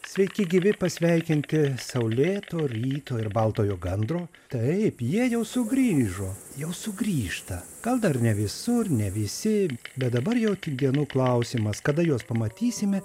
sveiki gyvi pasveikinti saulėto ryto ir baltojo gandro taip jie jau sugrįžo jau sugrįžta gal dar ne visur ne visi bet dabar jau tik dienų klausimas kada juos pamatysime